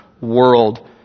world